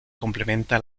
complementa